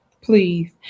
Please